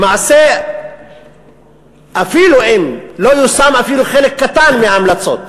למעשה לא יושם אפילו חלק קטן מההמלצות,